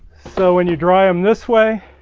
so when you dry them this way